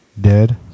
dead